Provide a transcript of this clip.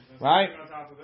Right